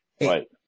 Right